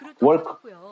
work